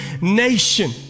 nation